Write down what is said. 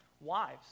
wives